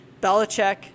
Belichick